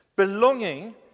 Belonging